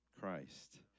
christ